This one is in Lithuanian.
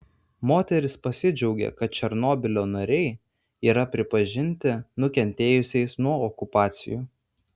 moteris pasidžiaugė kad černobylio nariai yra pripažinti nukentėjusiais nuo okupacijų